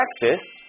breakfast